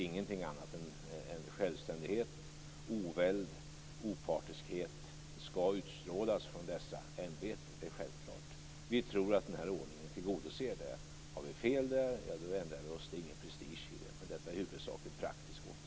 Ingenting annat än självständighet, oväld, opartiskhet skall utstrålas från dessa ämbeten. Det är självklart. Vi tror att denna ordning tillgodoser det. Har vi fel där ändrar vi oss. Det är ingen prestige i det. Detta är i huvudsak en praktisk åtgärd.